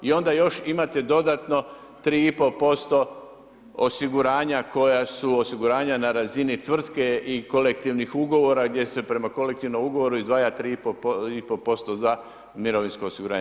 I onda još imate dodatno 3,5% osiguranja koja su osiguranja na razini tvrtke i kolektivnih ugovora gdje se prema kolektivnom ugovoru izdvaja 3,5% za mirovinsko osiguranje.